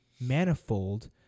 manifold